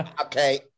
okay